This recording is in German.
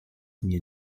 mir